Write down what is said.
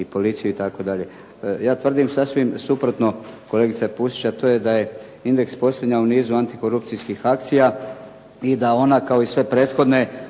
policiju itd. Ja tvrdim sasvim suprotno kolegice Pusić, a to je da je "Indeks" posljednja u nizu antikorupcijskih akcija i da ona kao i sve prethodne